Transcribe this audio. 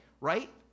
right